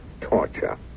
torture